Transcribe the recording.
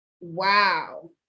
wow